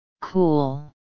Cool